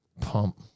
Pump